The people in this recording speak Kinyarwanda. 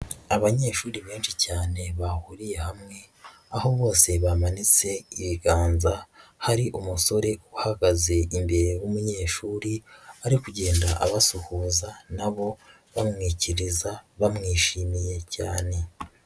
Abanyeshuri benshi cyane bahuriye hamwe aho bose bamanitse ibiganza, hari umusore uhagaze imbere w'umunyeshuri ari kugenda abasuhuza na bo bamwikiriza bamwishimiye cyane.